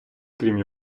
крім